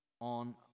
on